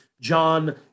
John